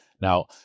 Now